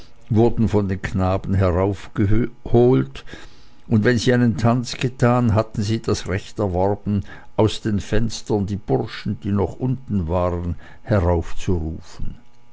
wurden von den knaben heraufgeholt und wenn sie einen tanz getan hatten sie das recht erworben aus den fenstern die burschen die noch unten waren